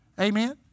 Amen